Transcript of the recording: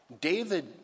David